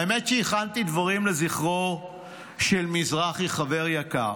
האמת שהכנתי דברים לזכרו של מזרחי, חבר יקר,